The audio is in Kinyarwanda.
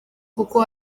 kuko